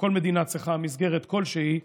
וכל מדינה צריכה מסגרת כלשהי,